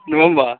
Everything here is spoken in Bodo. नङा होमबा